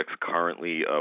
currently